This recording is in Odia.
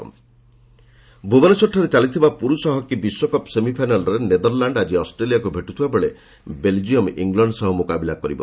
ୱାଲ୍ଡକପ୍ ହକି ଭୁବନେଶ୍ୱରଠାରେ ଚାଲିଥିବା ପୁରୁଷ ହକି ବିଶ୍ୱକପ୍ ସେମିଫାଇନାଲ୍ରେ ନେଦରଲ୍ୟାଣ୍ଡ ଆଜି ଅଷ୍ଟ୍ରେଲିଆକୁ ଭେଟୁଥିବାବେଳେ ବେଲଜିୟମ୍ ଇଲଣ୍ଡ ସହ ମୁକାବିଲା କରିବ